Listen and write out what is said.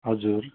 हजुर